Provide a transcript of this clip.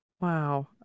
Wow